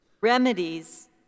Remedies